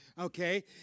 okay